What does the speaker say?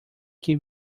can